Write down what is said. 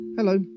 Hello